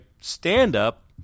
Stand-up